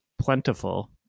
plentiful